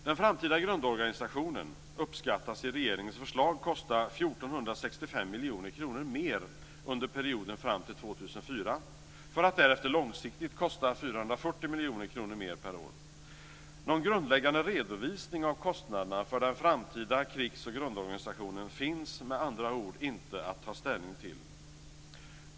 Den framtida grundorganisationen uppskattas i regeringens förslag kosta 1 465 miljoner kronor mer under perioden fram till år 2004, för att därefter långsiktigt kosta 440 miljoner kronor mer per år. Någon grundläggande redovisning av kostnaderna för den framtida krigs och grundorganisationen finns det med andra ord inte att ta ställning till.